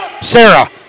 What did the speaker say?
Sarah